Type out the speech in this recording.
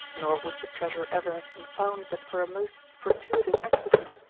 nor would the treasure ever have been found but for a most fortuitous accident.